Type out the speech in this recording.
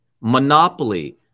Monopoly